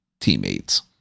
teammates